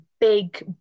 big